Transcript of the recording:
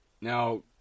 Now